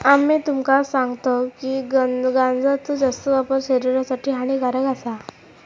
आम्ही तुमका सांगतव की गांजाचो जास्त वापर शरीरासाठी हानिकारक आसा